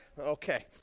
Okay